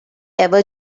ever